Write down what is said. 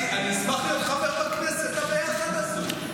אשמח להיות חבר בכנסת הביחד הזאת.